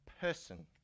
person